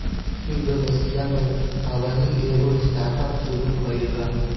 Indonesia में अबही एगो स्टार्टअप शुरू भईल बा